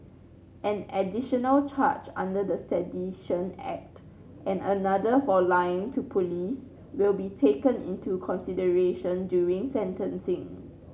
an additional charge under the Sedition Act and another for lying to police will be taken into consideration during sentencing